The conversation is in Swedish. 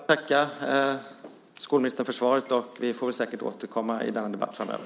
Fru talman! Jag vill tacka skolministern för svaret. Vi får säkert återkomma i debatten framöver.